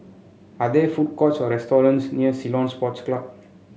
are there food courts or restaurants near Ceylon Sports Club